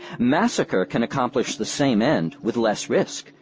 massacre can accomplish the same end with less risk,